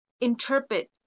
interpret